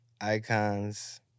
Icons